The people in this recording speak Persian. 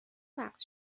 وقت